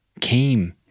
came